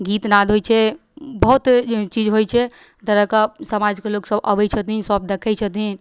गीतनाद होइ छै बहुत चीज होइ छै एहि तरहके समाजके लोक अबै छथिन सब देखै छथिन